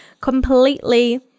completely